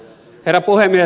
herra puhemies